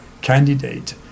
candidate